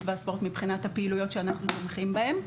והספורט מבחינת הפעילויות שאנחנו תומכים בהן,